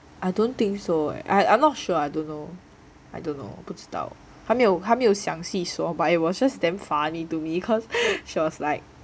I don't think so eh I'm not sure I don't know I don't know 不知道她没有她没有详细说 but it was just damn funny to me cause she was like